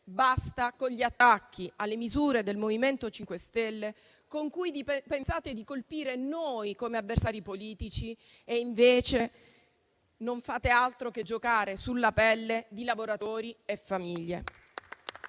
prego, con gli attacchi alle misure del MoVimento 5 Stelle, con cui pensate di colpire noi come avversari politici e, invece, non fate altro che giocare sulla pelle di lavoratori e famiglie.